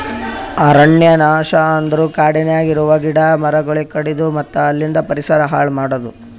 ಅರಣ್ಯ ನಾಶ ಅಂದುರ್ ಕಾಡನ್ಯಾಗ ಇರವು ಗಿಡ ಮರಗೊಳಿಗ್ ಕಡಿದು ಮತ್ತ ಅಲಿಂದ್ ಪರಿಸರ ಹಾಳ್ ಮಾಡದು